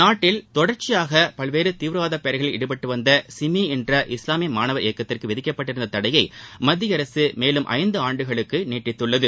நாட்டில் தொடர்ச்சியாக பல்வேறு தீவிரவாத பெயர்களில் ஈடுபட்டுவந்த சிமி என்ற இஸ்லாமிய மாணவர் இயக்கத்திற்கு விதிக்கப்பட்டிருந்த தடையை மத்திய அரசு மேலும் ஐந்து ஆண்டுகளுக்கு நீட்டித்துள்ளது